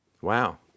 Wow